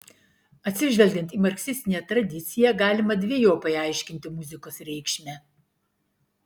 atsižvelgiant į marksistinę tradiciją galima dvejopai aiškinti muzikos reikšmę